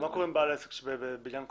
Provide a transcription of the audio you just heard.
מה קורה עם בעל עסק שבבניין קומות?